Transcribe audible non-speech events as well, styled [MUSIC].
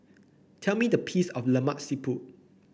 tell me the [NOISE] piece of Lemak Siput